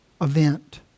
event